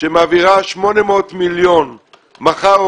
שמעבירה 800 מיליון שקלים מחר או